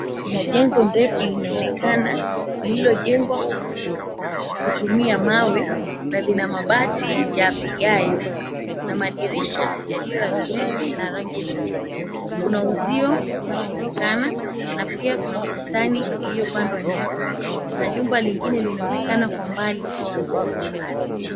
Kuna jengo ndefu linaonekana lililojengwa kutumia mawe na lina mabati ya vigayo na madirisha yaliyo ya glesi na rangi nyeupe. Kuna uzio unaonekana na pia kuna bustani iliyopandwa nyasi na jumba lingine linaonekana kwa mbali la kifahari.